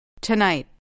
Tonight